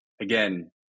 again